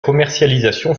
commercialisation